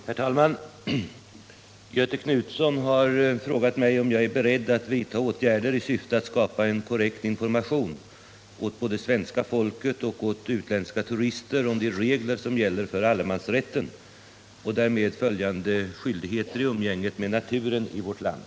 Herr talman! Göthe Knutson har frågat mig om jag är beredd att vidta åtgärder i syfte att skapa en korrekt information både åt svenska folket och åt utländska turister om de regler som gäller för allemansrätten och därmed följande skyldigheter i umgänget med naturen i vårt land.